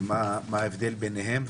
ומה ההבדל ביניהם?